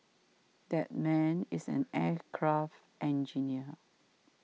that man is an aircraft engineer